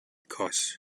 cause